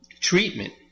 treatment